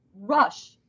rush